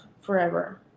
forever